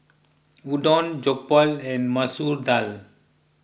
Udon Jokbal and Masoor Dal